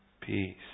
Peace